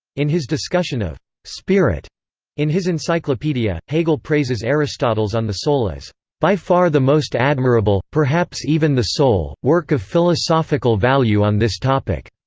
in his discussion of spirit in his encyclopedia, hegel praises aristotle's on the soul as by far the most admirable, perhaps even the sole, work of philosophical value on this topic.